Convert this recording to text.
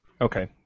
Okay